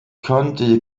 konnte